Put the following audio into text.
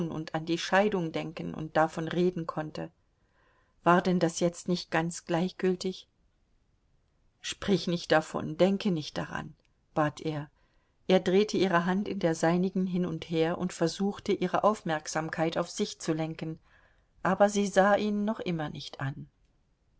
und an die scheidung denken und davon reden konnte war denn das jetzt nicht ganz gleichgültig sprich nicht davon denke nicht daran bat er er drehte ihre hand in der seinigen hin und her und versuchte ihre aufmerksamkeit auf sich zu lenken aber sie sah ihn noch immer nicht an